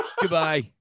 Goodbye